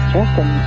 Justin